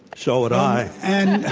so would i. and